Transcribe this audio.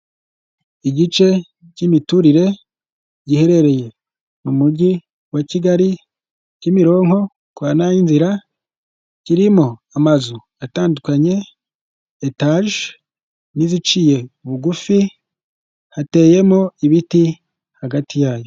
Igice cy'imiturire giherereye mu mujyi wa Kigali, Kimironko kwa Nayinzira, kirimo amazu atandukanye, etage n'iziciye bugufi, hateyemo ibiti hagati yayo.